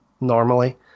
normally